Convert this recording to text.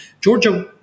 Georgia